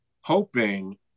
hoping